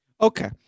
Okay